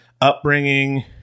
upbringing